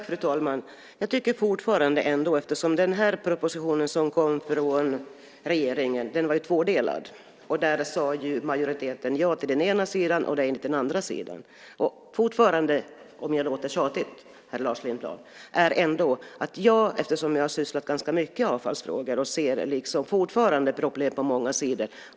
Fru talman! Den här propositionen är tvådelad. Majoriteten sade ja till den ena delen och nej till den andra. Jag sysslar ganska mycket med avfallsfrågor och ser fortfarande många problem på många håll.